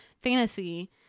fantasy